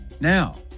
Now